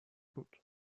بود